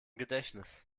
gedächtnis